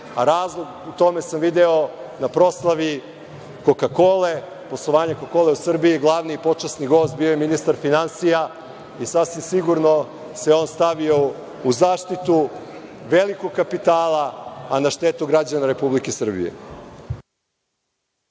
razlog u tome sam video na proslavi „Koka-kole“, gde je glavni i počasni gost bio ministar finansija i sasvim sigurno se on stavio u zaštitu velikog kapitala, a na štetu građana Republike Srbije.